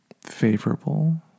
favorable